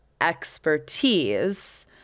expertise